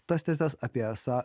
tas tiesas apie esą